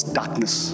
darkness